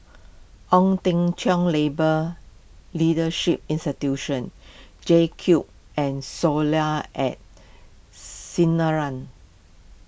Ong Teng Cheong Labour Leadership Institution J Cube and Soleil at Sinaran